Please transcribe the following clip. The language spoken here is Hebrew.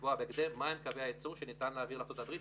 לקבוע בהקדם מהם קווי הייצור שניתן להעביר לארצות הברית,